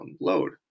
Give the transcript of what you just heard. load